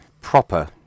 proper